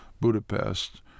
budapest